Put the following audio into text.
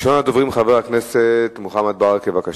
ראשון הדוברים, חבר הכנסת מוחמד ברכה, בבקשה,